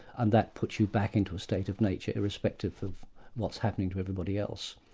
and that puts you back into a state of nature, irrespective of what's happening to everybody else.